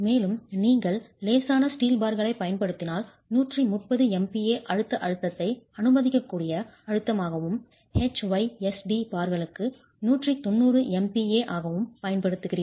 மேலும் நீங்கள் லேசான ஸ்டீல் பார்களைப் பயன்படுத்தினால் 130 MPa அழுத்த அழுத்தத்தை அனுமதிக்கக்கூடிய அழுத்தமாகவும் HYSD பார்களுக்கு 190 MPa ஆகவும் பயன்படுத்துகிறீர்கள்